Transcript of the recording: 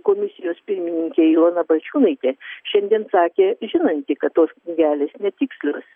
komisijos pirmininkė ilona balčiūnaitė šiandien sakė žinanti kad tos knygelės netikslios